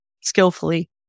skillfully